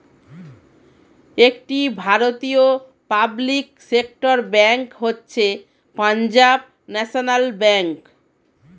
একটি ভারতীয় public sector bank হচ্ছে পাঞ্জাব ন্যাশনাল ব্যাঙ্ক